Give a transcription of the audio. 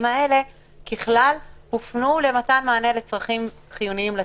האלה הופנו למתן מענה לצרכים מיוחדים לציבור.